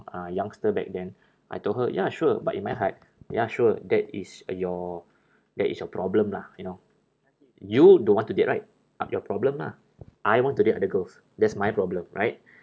uh youngster back then I told her ya sure but in my heart ya sure that is your that is your problem lah you know you don't want to date right up your problem lah I want to date other girls that's my problem right